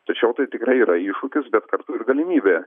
tačiau tai tikrai yra iššūkis bet kartu ir galimybė